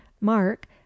mark